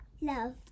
Love